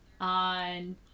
on